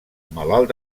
malalt